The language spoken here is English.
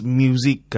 music